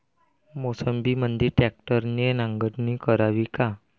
मोसंबीमंदी ट्रॅक्टरने नांगरणी करावी का?